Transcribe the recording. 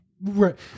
Right